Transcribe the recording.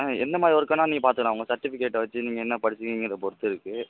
ஆ எந்த மாதிரி ஒர்கன்னா நீ பார்த்துக்கா உங்கள் சர்டிபிகேட்டை வச்சுங்க என்ன படிச்சுங்கிற பொருத்து இருக்குது